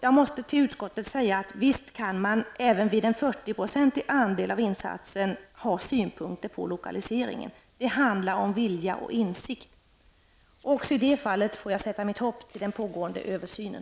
Jag måste säga att visst kan man även vid en 40 procentig andel av insatsen ha synpunkter på lokaliseringen. Det handlar om vilja och insikt. Också i detta fall får jag sätta mitt hopp till den pågående översynen.